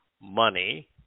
money